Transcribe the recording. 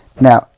Now